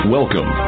Welcome